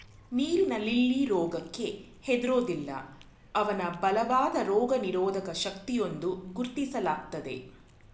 ನೀರಿನ ಲಿಲ್ಲಿ ರೋಗಕ್ಕೆ ಹೆದರೋದಿಲ್ಲ ಅವ್ನ ಬಲವಾದ ರೋಗನಿರೋಧಕ ಶಕ್ತಿಯೆಂದು ಗುರುತಿಸ್ಲಾಗ್ತದೆ